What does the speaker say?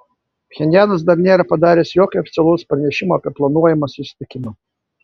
pchenjanas dar nėra padaręs jokio oficialaus pranešimo apie planuojamą susitikimą